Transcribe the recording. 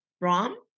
Rom